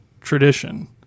tradition